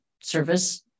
service